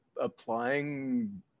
applying